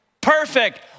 Perfect